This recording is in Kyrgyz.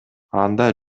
анда